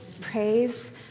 Praise